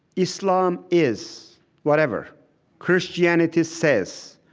islam is whatever christianity says,